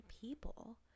people